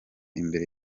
imbere